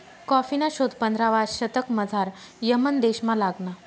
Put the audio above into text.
कॉफीना शोध पंधरावा शतकमझाऱ यमन देशमा लागना